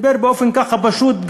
נדבר באופן פשוט,